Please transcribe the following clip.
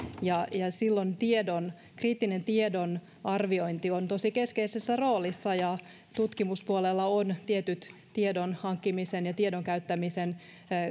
silloin kriittinen tiedon arviointi on tosi keskeisessä roolissa ja tutkimuspuolella on tietyt tiedon hankkimisen ja tiedon käyttämisen